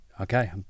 okay